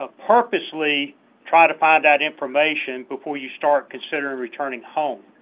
ah purposely try to find that information before you start considering returning home.